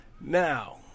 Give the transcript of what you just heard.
Now